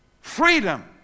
freedom